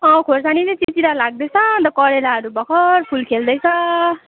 अँ खोर्सानी चाहिँ चिचिला लाग्दैछ अन्त करेलाहरू भर्खर फुल खेल्दैछ